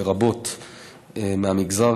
לרבות מהמגזר,